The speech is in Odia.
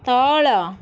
ତଳ